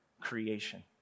creation